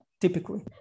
typically